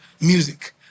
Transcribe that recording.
music